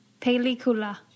Película